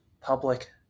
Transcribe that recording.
public